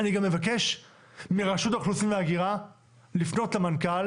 אני גם מבקש מרשות האוכלוסין וההגירה לפנות למנכ"ל